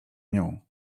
nią